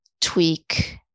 tweak